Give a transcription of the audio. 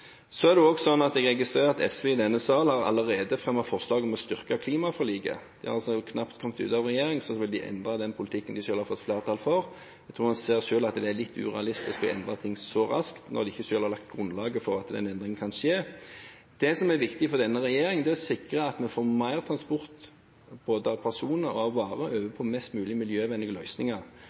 Så registrerer jeg at SV i denne sal allerede har fremmet forslag om å styrke klimaforliket. De er altså knapt kommet ut av regjeringen før de vil endre den politikken de selv har fått flertall for. Jeg tror man ser at det er litt urealistisk å endre ting så raskt når man ikke selv har lagt grunnlaget for at den endringen kan skje. Det som er viktig for denne regjeringen, er å sikre at vi får mer transport både av personer og av varer over på mest mulig miljøvennlige løsninger.